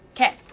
Okay